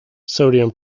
sodium